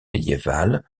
médiévale